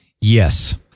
Yes